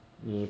(uh huh)